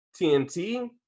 tnt